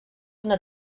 una